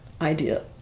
idea